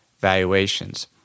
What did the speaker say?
valuations